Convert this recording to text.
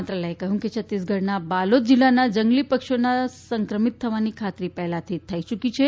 મંત્રાલયે કહયું કે છતીસગઢના બાલોદ જીલ્લાના જંગલી પક્ષીઓના સંક્રમિત થવાની ખાતરી પહેલા જ થઇ યુકી છે